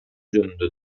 жөнүндө